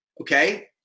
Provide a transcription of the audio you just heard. Okay